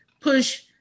push